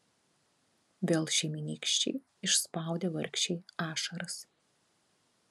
vėl šeimynykščiai išspaudė vargšei ašaras